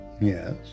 yes